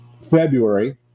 February